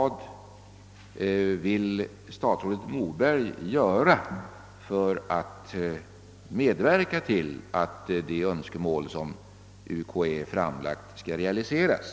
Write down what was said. Vad vill statsrådet Moberg göra för att medverka till att de önskemål som <universitetskanslersämbetet framfört skall realiseras?